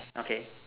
okay